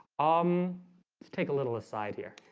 um take a little aside here